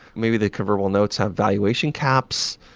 maybe the convertible notes have valuation caps,